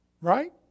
Right